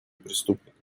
преступников